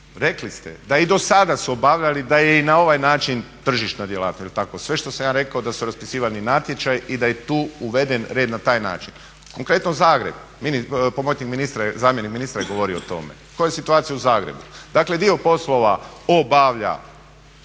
Rekli ste da su i dosada obavljali, da je i na ovaj način tržišna djelatnost, jel tako? Sve što sam ja rekao da su raspisivani natječaji i da je tu uveden reda na taj način. Konkretno Zagreb, pomoćnik ministra, zamjenik ministra je govorio o tome, koje situacije u Zagrebu. Dakle dio poslova obavlja